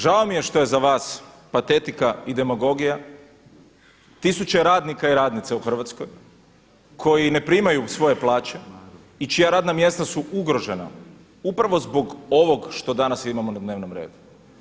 Žao mi je što je za vas patetika i demagogija tisuće radnika i radnica u Hrvatskoj koji ne primaju svoje plaće i čija radna mjesta su ugrožena upravo zbog ovoga što danas imamo na dnevnom redu.